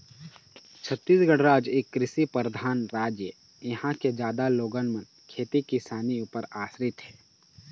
छत्तीसगढ़ राज एक कृषि परधान राज ऐ, इहाँ के जादा लोगन मन खेती किसानी ऊपर आसरित हे